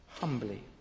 humbly